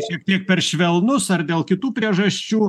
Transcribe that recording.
šiek tiek per švelnus ar dėl kitų priežasčių